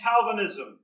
Calvinism